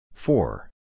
Four